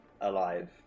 alive